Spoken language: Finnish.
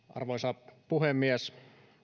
arvoisa puhemies